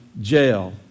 jail